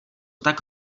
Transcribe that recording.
tak